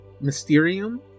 Mysterium